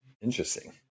Interesting